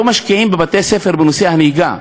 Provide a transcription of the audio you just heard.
לא משקיעים בבתי-הספר בנושא הנהיגה,